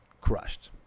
crushed